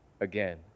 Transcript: again